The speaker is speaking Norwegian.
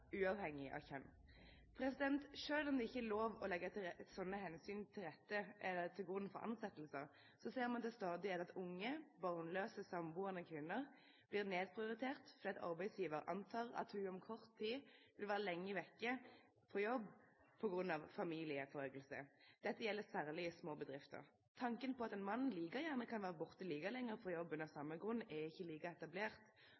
uavhengig av kjønn. Sjøl om det ikke er lov til å legge slike hensyn til grunn ved ansettelser, ser man til stadighet at unge, barnløse, samboende kvinner blir nedprioritert fordi arbeidsgiver antar at kvinnen om kort tid vil være lenge borte fra jobb på grunn av familieforøkelse. Dette gjelder særlig i små bedrifter. Tanken på at en mann like gjerne kan være borte like